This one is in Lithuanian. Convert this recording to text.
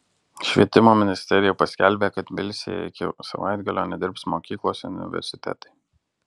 švietimo ministerija paskelbė kad tbilisyje iki savaitgalio nedirbs mokyklos ir universitetai